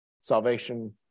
salvation